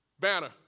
banner